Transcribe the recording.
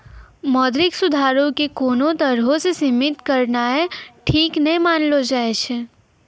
मौद्रिक सुधारो के कोनो तरहो से सीमित करनाय ठीक नै मानलो जाय छै